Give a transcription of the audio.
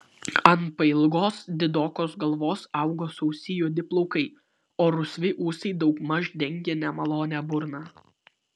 ant pailgos didokos galvos augo sausi juodi plaukai o rusvi ūsai daugmaž dengė nemalonią burną